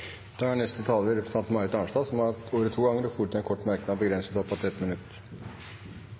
Representanten Marit Arnstad har hatt ordet to ganger tidligere og får ordet til en kort merknad, begrenset til 1 minutt.